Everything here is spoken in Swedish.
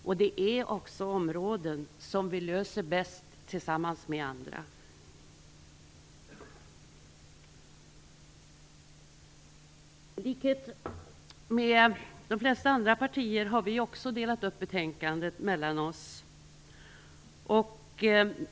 Detta är också frågor som vi löser bäst tillsammans med andra. I likhet med de flesta andra partier har vi socialdemokrater delat upp betänkandet mellan oss.